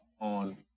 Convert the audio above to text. on